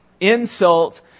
insult